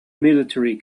military